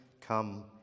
Come